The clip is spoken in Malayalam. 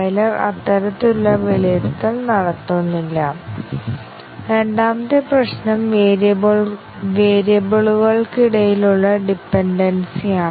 അത് കോഡിന്റെ ഒരു ബ്ലോക്കിൽ പ്രവേശിക്കുന്നിടത്തോളം അത് അവിടെയുള്ള എല്ലാ പ്രസ്താവനകളും നിർവ്വഹിക്കും അതിനാൽ ഞങ്ങൾ ബ്ലോക്കുകൾ അടയാളപ്പെടുത്തേണ്ടതുണ്ട്